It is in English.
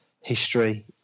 history